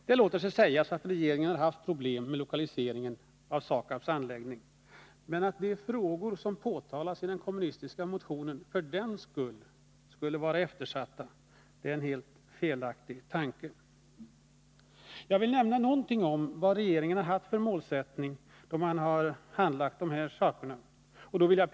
Det låter sig sägas att regeringen har haft problem med lokaliseringen av SAKAB:s anläggning, men att de frågor som tas upp i den kommunistiska motionen för den skull skulle vara eftersatta är en helt felaktig tanke. Jag vill nämna någonting om vad regeringen har haft för målsättning, då den handlagt de här ärendena.